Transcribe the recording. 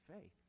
faith